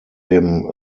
dem